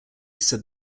said